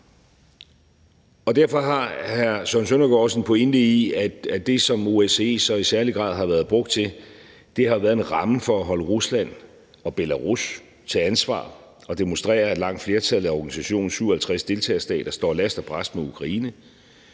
derfor har hr. Søren Søndergaard også en pointe i, at det, som OSCE så i særlig grad har været brugt til, har været en ramme for at holde Rusland og Belarus ansvarlige og demonstrere, at langt flertallet af organisationens 57 deltagerstater står last og brast med Ukraine,